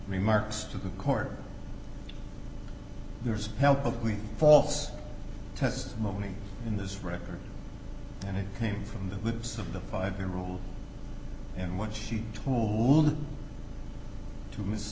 remarks to the court there's help with false testimony in this record and it came from the lips of the five year old and what she told to miss t